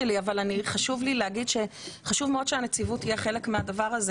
חשוב מאוד שהנציבות תהיה חלק מהדבר הזה